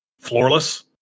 floorless